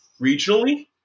regionally